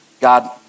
God